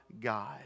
God